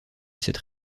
cette